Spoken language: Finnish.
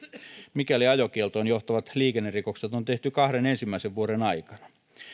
mikäli ajokieltoon johtavat liikennerikokset on tehty kahden ensimmäisen vuoden aikana